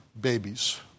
babies